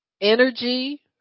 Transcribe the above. energy